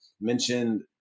mentioned